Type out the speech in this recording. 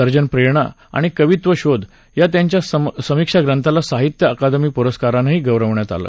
surgeon प्रेरणा आणि कवित्वशोध या त्यांच्या समीक्षाप्रंथाला साहित्य अकादमी पुरस्कारानंही गौरवण्यात आलं